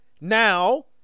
Now